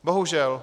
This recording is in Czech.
Bohužel.